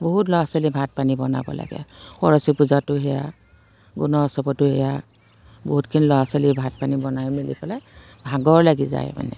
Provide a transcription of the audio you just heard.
বহুত ল'ৰা ছোৱালীয়ে ভাত পানী বনাব লাগে সৰস্বতী পূজাতো সেয়া গুণোৎসৱতো এইয়া বহুতখিনি ল'ৰা ছোৱালীৰ ভাত পানী বনাই মেলি পেলাই ভাগৰ লাগি যায় মানে